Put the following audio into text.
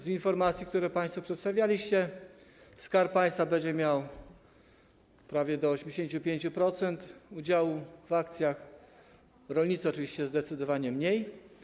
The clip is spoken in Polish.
Z informacji, które państwo przedstawialiście, wynika, że Skarb Państwa będzie miał prawie 85% udziału w akcjach, rolnicy oczywiście zdecydowanie mniej.